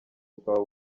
bukaba